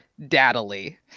daddily